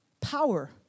Power